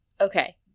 okay